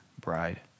bride